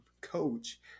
coach